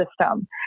system